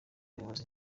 bayobozi